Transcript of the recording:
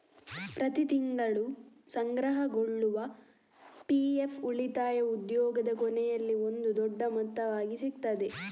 ಪ್ರತಿ ತಿಂಗಳು ಸಂಗ್ರಹಗೊಳ್ಳುವ ಪಿ.ಎಫ್ ಉಳಿತಾಯ ಉದ್ಯೋಗದ ಕೊನೆಯಲ್ಲಿ ಒಂದು ದೊಡ್ಡ ಮೊತ್ತವಾಗಿ ಸಿಗ್ತದೆ